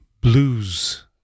Blues